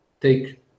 take